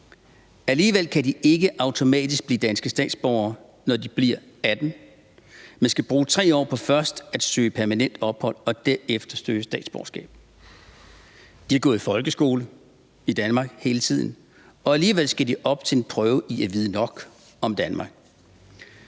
Alligevel kan de ikke automatisk blive danske statsborgere, når de bliver 18 år, men skal bruge 3 år på først at søge permanent ophold og derefter søge statsborgerskab. De har gået i folkeskole i Danmark hele tiden, og alligevel skal de op til en prøve i at vide nok om Danmark.